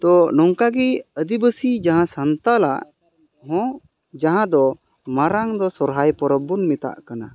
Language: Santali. ᱛᱚ ᱱᱚᱝᱠᱟᱜᱮ ᱟᱹᱫᱤᱵᱟᱹᱥᱤ ᱡᱟᱦᱟᱸ ᱥᱟᱱᱛᱟᱲᱟᱜ ᱦᱚᱸ ᱡᱟᱦᱟᱸ ᱫᱚ ᱢᱟᱨᱟᱝ ᱫᱚ ᱥᱚᱨᱦᱟᱭ ᱯᱚᱨᱚᱵᱽ ᱵᱚᱱ ᱢᱮᱛᱟᱜ ᱠᱟᱱᱟ